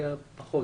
פחות.